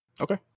Okay